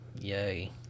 yay